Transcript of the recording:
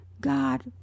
God